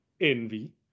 envy